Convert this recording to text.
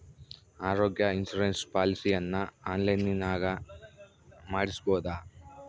ಆರೋಗ್ಯ ಇನ್ಸುರೆನ್ಸ್ ಪಾಲಿಸಿಯನ್ನು ಆನ್ಲೈನಿನಾಗ ಮಾಡಿಸ್ಬೋದ?